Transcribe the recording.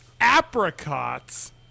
apricots